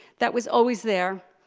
that was always there.